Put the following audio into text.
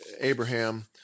Abraham